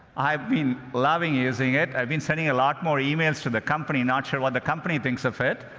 i've been loving using it. i've been sending a lot more emails to the company. not sure what the company thinks of it.